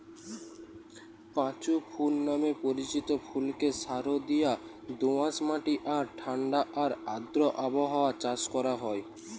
পাঁচু ফুল নামে পরিচিত ফুলকে সারদিয়া দোআঁশ মাটি আর ঠাণ্ডা আর আর্দ্র আবহাওয়ায় চাষ করা হয়